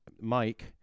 Mike